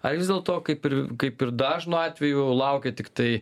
ar vis dėlto kaip ir kaip ir dažnu atveju laukia tiktai